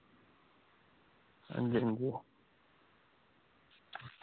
हां जी हां जी